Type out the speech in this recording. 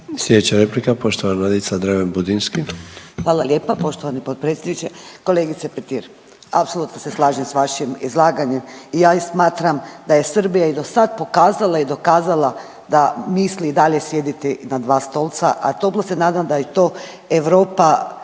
Sljedeća replika poštovana Nadica Dreven Budinski. **Dreven Budinski, Nadica (HDZ)** Hvala lijepa poštovani potpredsjedniče. Kolegice Petir, apsolutno se slažem s vašim izlaganjem i ja i smatram da je Srbija i do sad pokazala i dokazala da misli i dalje sjediti na dva stolca, a toplo se nadam da je to Europa